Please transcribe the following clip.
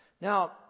Now